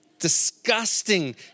disgusting